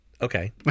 Okay